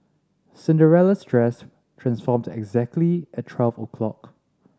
Cinderella's dress transformed exactly at twelve o'clock